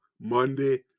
Monday